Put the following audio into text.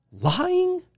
Lying